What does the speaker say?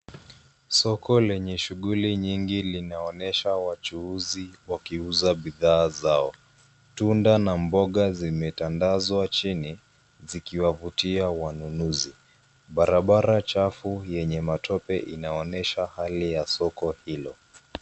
Soko lenye shughuli nyingi, linaonyesha wachuuzi wakiuza bidhaa zao. Tunda na mboga zimetandazwa chini zikiwavutia wanunuzi. Barabara chafu yenye matope inaonyesha hali ya soko hilo.